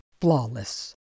flawless